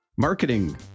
Marketing